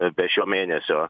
be šio mėnesio